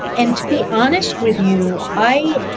and to be honest with you, i